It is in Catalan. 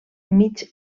mig